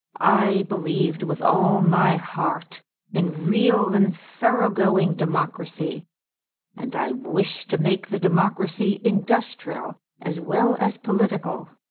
i believed with all my heart in real and thorough-going democracy and i wished to make the democracy industrial as well as political,